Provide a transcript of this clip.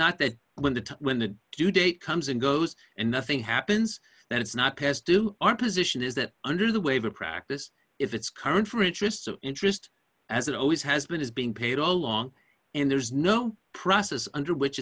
not that when the when the due date comes and goes and nothing happens then it's not past due our position is that under the waiver practice if it's current for interests of interest as it always has been is being paid all along and there's no process under which